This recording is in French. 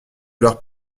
leurs